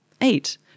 Eight